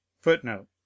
Footnote